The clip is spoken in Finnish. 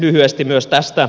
lyhyesti myös tästä